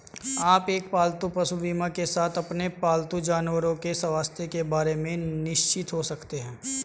आप एक पालतू पशु बीमा के साथ अपने पालतू जानवरों के स्वास्थ्य के बारे में निश्चिंत हो सकते हैं